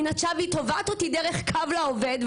והיא נטשה והיא תובעת אותי דרך קו לעובד,